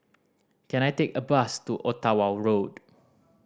can I take a bus to Ottawa Road